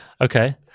Okay